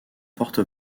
porte